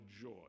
joy